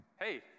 hey